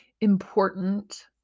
important